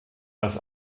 als